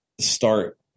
start